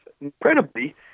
Incredibly